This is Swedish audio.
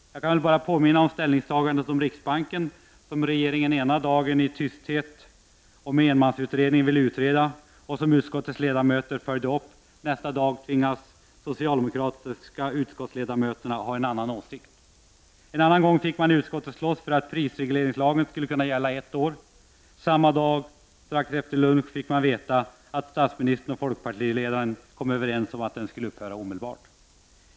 Jag kan väl bara påminna om ställningstagandet i utskottet om riksbanken, som regeringen ena dagen —i tysthet och med en enmansutredning — ville utreda. Nästa dag tvingades de socialdemokratiska utskottsledamöterna ha en annan åsikt. En annan gång fick man i utskottet slåss för att prisregleringslagen skulle gälla ett år. Samma dag strax efter lunch fick man veta att statsministern och folkpartiledaren kommit överens om att den skall upphöra omedelbart!